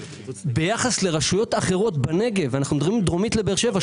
ביחס לרשויות אחרות בנגב אנחנו מדברים דרומית לבאר שבע,